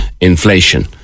inflation